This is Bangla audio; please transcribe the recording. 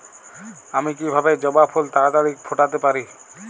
আমি কিভাবে জবা ফুল তাড়াতাড়ি ফোটাতে পারি?